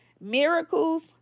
miracles